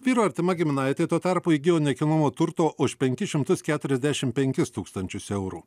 vyro artima giminaitė tuo tarpu įgijo nekilnojamo turto už penkis šimtus keturiasdešim penkis tūkstančius eurų